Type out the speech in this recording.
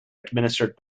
administered